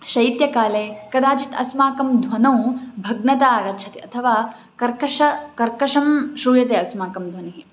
शैत्यकाले कदाचित् अस्माकं ध्वनौ भग्नता आगच्छति अथवा कर्कषः कर्कषं श्रूयते अस्माकं ध्वनिः